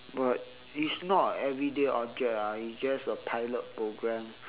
but it's not a everyday object ah it's just a pilot program